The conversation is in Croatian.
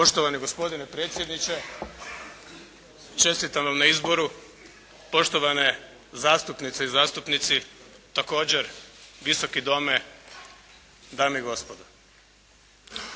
Poštovani gospodine predsjedniče, čestitam vam na izboru. Poštovane zastupnice i zastupnici, također. Visoki dome, dame i gospodo.